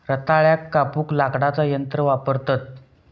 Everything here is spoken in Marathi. रताळ्याक कापूक लाकडाचा यंत्र वापरतत